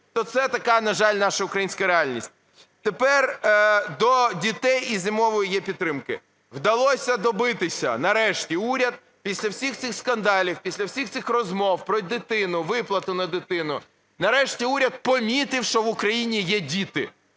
То це така, на жаль, наша українська реальність. Тепер до дітей і "Зимової єПідтримки". Вдалося добитися. Нарешті, уряд після всіх цих скандалів, після всіх цих розмов про дитину, виплату на дитину, нарешті, уряд помітив, що в Україні є діти,